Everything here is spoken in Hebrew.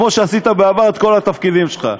כמו שעשית בעבר את כל התפקידים שלך.